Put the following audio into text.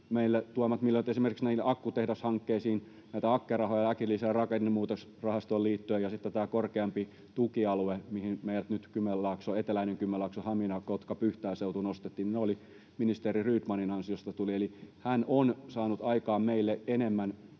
tuomat miljoonat, esimerkiksi akkutehdashankkeisiin nämä AKKE-rahat äkilliseen rakennemuutosrahastoon liittyen ja sitten tämä korkeamman tuen alue, mihin eteläinen Kymenlaakso, Hamina—Kotka—Pyhtää-seutu, nyt nostettiin, tulivat ministeri Rydmanin ansiosta. Eli hän on saanut aikaan meille enemmän